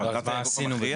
אז מה עשינו בזה?